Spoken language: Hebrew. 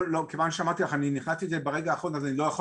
כפי שאמרתי לך כיוון שאני נכנסתי לזה ברגע האחרון אז אני לא יכול